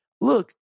Look